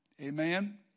Amen